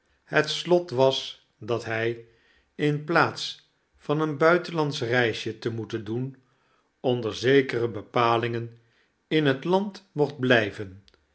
het slot was dat hij in plaats van een buitenlandsch reisje te moeten doen onder zekere bepalingen in het land mocht blijven